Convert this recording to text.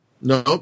No